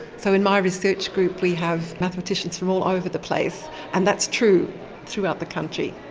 so in my research group we have mathematicians from all over the place, and that's true throughout the country.